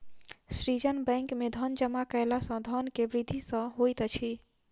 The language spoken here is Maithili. सृजन बैंक में धन जमा कयला सॅ धन के वृद्धि सॅ होइत अछि